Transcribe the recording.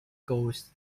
goes